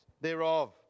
thereof